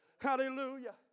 Hallelujah